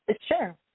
Sure